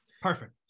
perfect